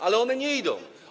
Ale one nie idą.